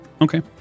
Okay